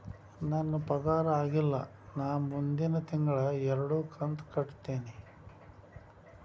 ನನ್ನ ಪಗಾರ ಆಗಿಲ್ಲ ನಾ ಮುಂದಿನ ತಿಂಗಳ ಎರಡು ಕಂತ್ ಕಟ್ಟತೇನಿ